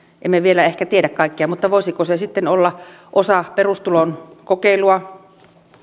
emme vielä ehkä tiedä kaikkea mutta voisiko se sitten olla osa perustulon kokeilua